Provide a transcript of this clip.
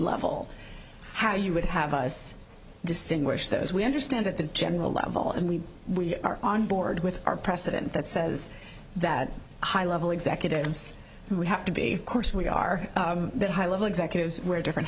level how you would have us distinguish those we understand at the general level and we we are on board with our precedent that says that high level executives who have to be course we are that high level executives wear different